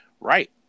Right